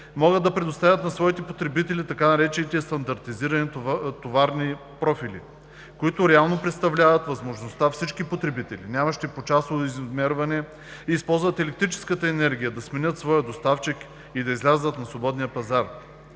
могат да предoставят на своите потребители така наречените „стандартизирани товарни профили“, които реално представляват възможността всички потребители, нямащи почасово измерване и използват електрическа енергия, да сменят своя доставчик и да излязат на свободния пазар.